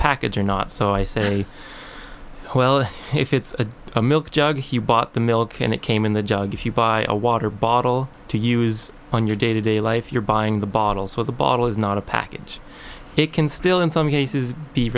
package or not so i say well if it's a milk jug he bought the milk and it came in the jug if you buy a water bottle to use on your day to day life you're buying the bottles with a bottle is not a package it can still in some cases